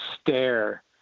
stare